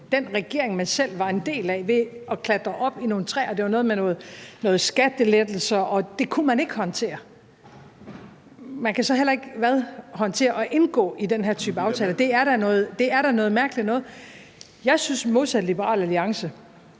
den regering, man selv var en del af, ved at klatre op i nogle træer. Det var noget med nogle skattelettelser, og det kunne man ikke håndtere. Man kan så heller ikke håndtere at indgå i den her type aftaler. Det er da noget mærkeligt noget. Jeg synes, modsat Liberal Alliance,